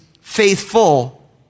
faithful